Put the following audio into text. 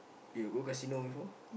you go casino before